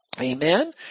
Amen